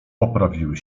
poprawiły